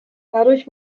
dadurch